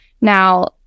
Now